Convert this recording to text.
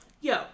yo